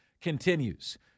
continues